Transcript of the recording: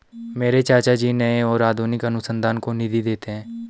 मेरे चाचा जी नए और आधुनिक अनुसंधान को निधि देते हैं